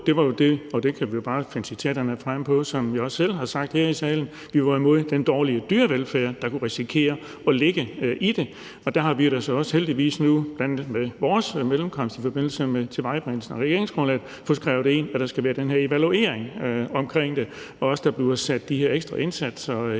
vi var imod – og det kan vi jo bare finde citaterne frem på at vi selv har sagt her i salen – var det med den dårlige dyrevelfærd, der kunne risikere at ligge i det. Der har vi da også heldigvis nu, bl.a. med vores mellemkomst i forbindelse med tilvejebringelsen af regeringsgrundlaget, fået skrevet ind, at der skal være den her evaluering af det, og også, at der bliver sat de her ekstra indsatser ind